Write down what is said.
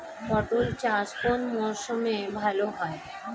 পটল চাষ কোন মরশুমে ভাল হয়?